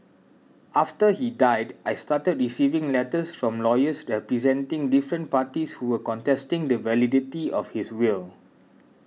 after he died I started receiving letters from lawyers representing different parties who were contesting the validity of his will